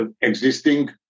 existing